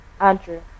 Andrew